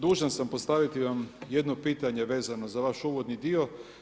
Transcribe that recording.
Dužan sam postaviti vam jedno pitanje vezano za vaš uvodni dio.